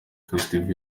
festival